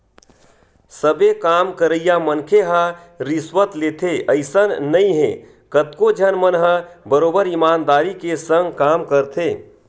सबे काम करइया मनखे ह रिस्वत लेथे अइसन नइ हे कतको झन मन ह बरोबर ईमानदारी के संग काम करथे